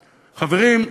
חברים,